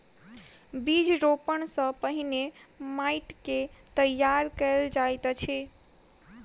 बीज रोपण सॅ पहिने माइट के तैयार कयल जाइत अछि